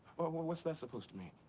what's that supposed to mean?